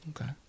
Okay